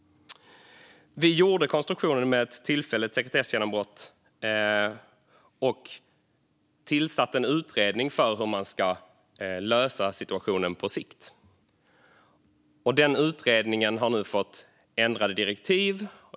Vi gjorde konstruktionen med ett tillfälligt sekretessgenombrott och tillsatte en utredning om hur man ska lösa situationen på sikt. Denna utredning har nu fått ändrade direktiv.